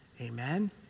Amen